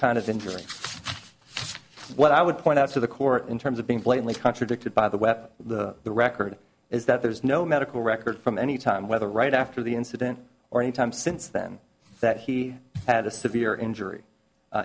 kind of injury what i would point out to the court in terms of being blatantly contradicted by the weapon the the record is that there's no medical record from any time whether right after the incident or any time since then that he had a severe injury